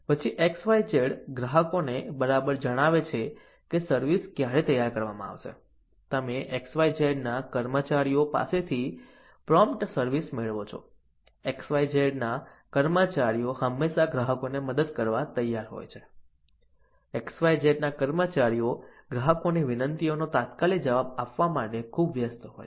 પછી XYZ ગ્રાહકોને બરાબર જણાવે છે કે સર્વિસ ક્યારે તૈયાર કરવામાં આવશે તમે XYZ ના કર્મચારીઓ પાસેથી પ્રોમ્પ્ટ સર્વિસ મેળવો છો XYZ ના કર્મચારીઓ હંમેશા ગ્રાહકોને મદદ કરવા તૈયાર હોય છે XYZ ના કર્મચારીઓ ગ્રાહકોની વિનંતીઓનો તાત્કાલિક જવાબ આપવા માટે ખૂબ વ્યસ્ત હોય છે